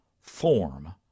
form